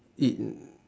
eat